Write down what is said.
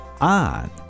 On